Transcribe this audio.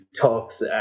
talks